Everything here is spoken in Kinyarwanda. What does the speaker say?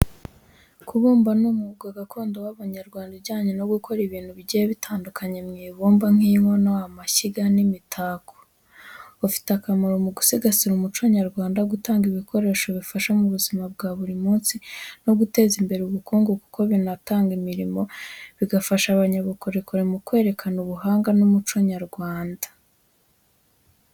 Kubumba ni umwuga gakondo w’Abanyarwanda ujyanye no gukora ibintu bigiye bitandukanye mu ibumba, nk’inkono, amashyiga, n’imitako. Ufite akamaro mu gusigasira umuco nyarwanda, gutanga ibikoresho bifasha mu buzima bwa buri munsi, no guteza imbere ubukungu kuko binatanga imirimo, bigafasha abanyabukorikori mu kwerekana ubuhanga n’umuco nyarwanda.